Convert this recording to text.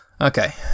Okay